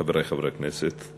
חברי חברי הכנסת,